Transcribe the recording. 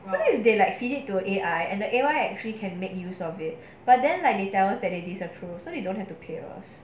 I mean they like feed it to A_I and the A_I actually can make use of it but then like they tell us that they disapproved so they don't have to pay us